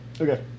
Okay